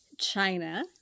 China